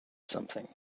something